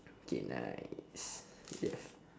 okay nice yes